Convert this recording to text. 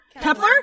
kepler